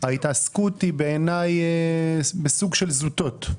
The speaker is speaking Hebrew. ההתעסקות היא בעיניי בסוג של זוטות.